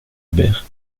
berthe